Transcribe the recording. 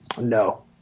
No